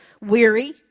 weary